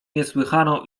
niesłychaną